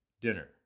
dinner